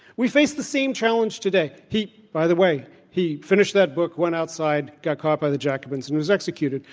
we face the same challenge today. he by the way, he finished that book, went outside, got caught by the j acobins and was executed.